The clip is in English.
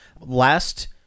last